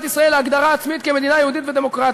ישראל להגדרה עצמית כמדינה יהודית ודמוקרטית,